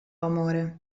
amore